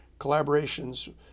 Collaborations